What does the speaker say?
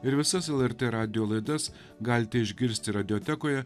ir visas lrt radijo laidas galite išgirsti radiotekoje